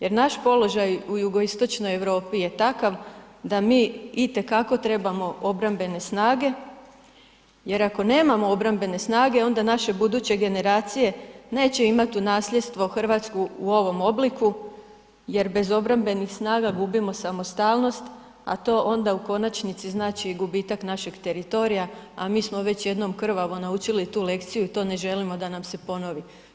Jer naš položaj u jugoistočnoj Europi je takav da mi itekako trebamo obrambene snage jer ako nemamo obrambene snage onda naše buduće generacije neće imati u nasljedstvo Hrvatsku u ovom obliku jer bez obrambenih snaga gubimo samostalnost, a to onda u konačnici znači i gubitak našeg teritorija, a mi smo već jednom krvavo naučili tu lekciju i to ne želimo da nam se ponovi.